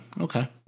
Okay